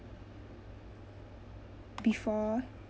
before